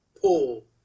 pull